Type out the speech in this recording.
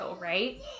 right